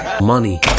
Money